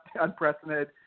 unprecedented